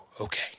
okay